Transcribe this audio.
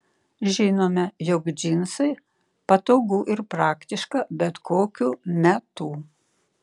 žinome jog džinsai patogu ir praktiška bet kokiu metu